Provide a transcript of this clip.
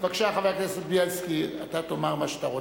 בבקשה, חבר הכנסת בילסקי, אתה תאמר מה שאתה רוצה,